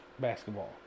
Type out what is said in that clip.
basketball